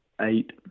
eight